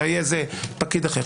ויהא פקיד אחר,